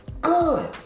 good